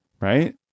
right